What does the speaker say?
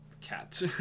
cat